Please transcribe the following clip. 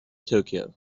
tokyo